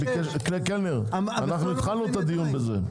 קלנר, התחלנו את הדיון בזה.